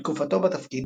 בתקופתו בתפקיד